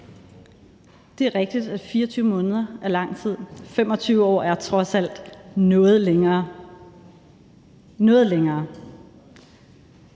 Det er rigtigt, at 24 måneder er lang tid. 25 år er trods alt noget længere – noget længere.